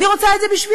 אני רוצה את זה בשבילם,